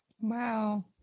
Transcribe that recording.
Wow